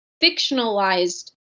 fictionalized